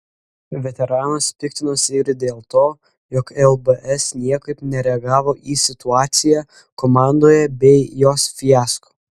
veteranas piktinosi ir dėl to jog lbs niekaip nereagavo į situaciją komandoje bei jos fiasko